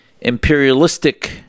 imperialistic